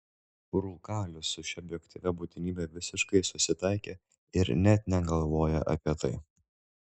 rūkalius su šia objektyvia būtinybe visiškai susitaikė ir net negalvoja apie tai